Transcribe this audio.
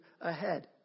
ahead